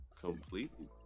Completely